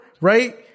right